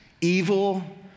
evil